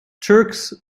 turks